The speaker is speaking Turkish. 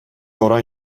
oran